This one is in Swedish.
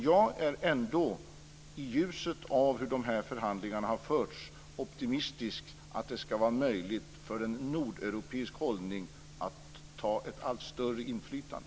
I ljuset av hur dessa förhandlingar har förts är jag ändå optimistisk inför möjligheten att en nordeuropeisk hållning kan få ett allt större inflytande.